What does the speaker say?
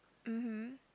mmhmm